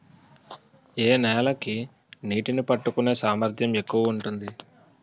ఏ నేల కి నీటినీ పట్టుకునే సామర్థ్యం ఎక్కువ ఉంటుంది?